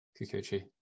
Kikuchi